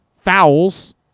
fouls